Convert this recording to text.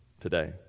today